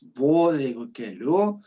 buvo jeigu keliu